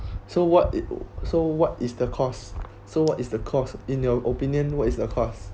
so what so what is the cause so what is the cause in your opinion what is the cause